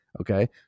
Okay